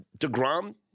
DeGrom –